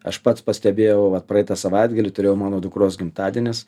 aš pats pastebėjau vat praeitą savaitgalį turėjau mano dukros gimtadienis